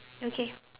okay